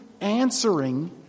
answering